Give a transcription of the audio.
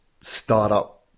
startup